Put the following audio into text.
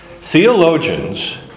theologians